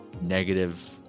negative